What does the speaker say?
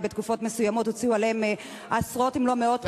בתקופות מסוימות הוציאו עליהם עשרות אם לא מאות מיליונים,